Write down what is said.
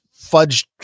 fudged